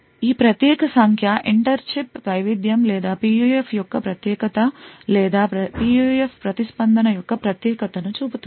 ఈ ప్రత్యేక సంఖ్య ఇంటర్ చిప్ వైవిధ్యం లేదా PUF యొక్క ప్రత్యేకత లేదా PUF ప్రతిస్పందన యొక్క ప్రత్యేకతను చూపుతుంది